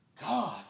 God